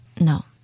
no